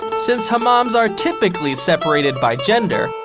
since hamams are typically separated by gender,